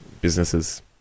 businesses